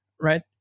right